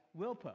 Wilpo